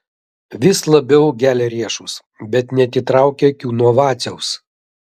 vis labiau gelia riešus bet neatitraukia akių nuo vaciaus